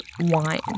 wine